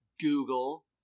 Google